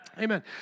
Amen